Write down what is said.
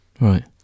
Right